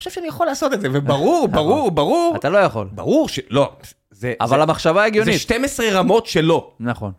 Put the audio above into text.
אני חושב שאני יכול לעשות את זה, וברור, ברור, ברור... אתה לא יכול. ברור ש... לא, זה... אבל המחשבה הגיונית... זה 12 רמות של לא. נכון.